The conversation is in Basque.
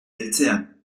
beltzean